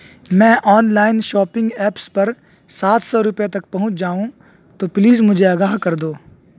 میں online shopping apps پر سات سو روپئے تک پہنچ جاؤں تو پلیز مجھے آگاہ کر دو